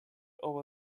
over